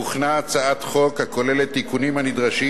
הוכנה הצעת החוק הכוללת תיקונים הנדרשים